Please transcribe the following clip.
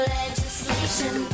legislation